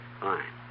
Fine